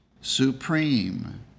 supreme